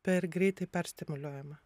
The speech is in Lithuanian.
per greitai perstimuliuojama